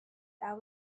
that